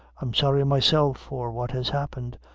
i'm sorry myself for what has happened,